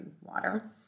water